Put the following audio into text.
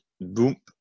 boom